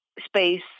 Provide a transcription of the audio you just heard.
space